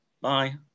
Bye